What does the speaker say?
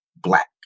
black